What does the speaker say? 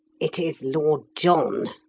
it is lord john,